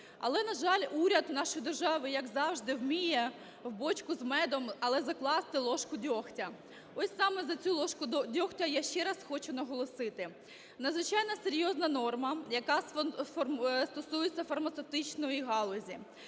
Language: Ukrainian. Але, на жаль, уряд нашої держави, як завжди, вміє в бочку з медом, але закласти ложку дьогтю. Ось саме за цю ложку дьогтю я ще раз хочу наголосити. Надзвичайно серйозна норма, яка стосується фармацевтичної галузі.